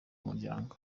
umuryango